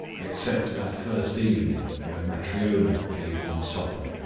except that first evening when matryona gave them supper.